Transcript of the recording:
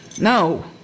No